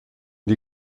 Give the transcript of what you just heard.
die